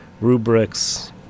rubrics